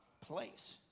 place